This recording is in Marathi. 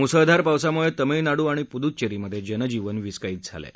मुसळधार पावसामुळे तामिळनाडू आणि पुदुच्चेरीमधे जनजीवन विस्कळीत झालं आहे